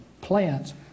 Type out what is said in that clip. plants